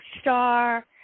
star